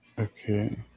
Okay